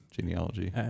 Genealogy